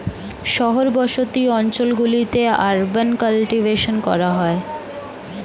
শহর বসতি অঞ্চল গুলিতে আরবান কাল্টিভেশন করা হয়